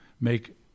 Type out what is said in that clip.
make